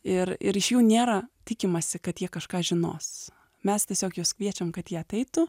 ir ir iš jų nėra tikimasi kad jie kažką žinos mes tiesiog juos kviečiam kad jie ateitų